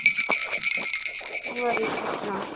وَعلیکُم سَلام